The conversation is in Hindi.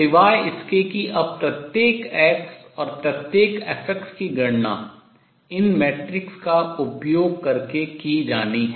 सिवाय इसके कि अब प्रत्येक x और प्रत्येक Fx की गणना इन मैट्रिक्स का उपयोग करके की जानी है